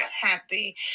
happy